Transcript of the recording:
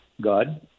God